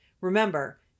Remember